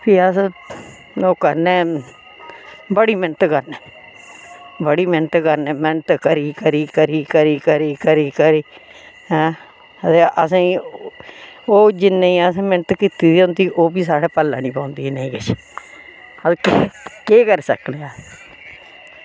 भी आक्खनै ओह् करना ऐ बड़ी मैह्नत करने मैह्नत करी करी करी ऐं ते असेंई ओह् जिन्नी असें मैह्नत कीती दी होंदी ओह्बी साढ़े पल्लै निं पौंदी नेईं किश ओह् केह् केह् करी सकने आं